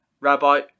Rabbi